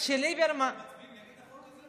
רגע, יוליה, אתם מצביעים נגד החוק הזה?